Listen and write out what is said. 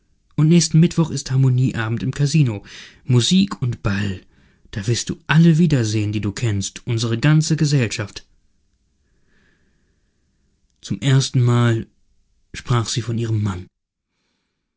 und nächsten mittwoch ist harmonie abend im kasino musik und ball da wirst du alle wieder sehen die du kennst unsere ganze gesellschaft zum erstenmal sprach sie von ihrem mann